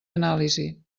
anàlisi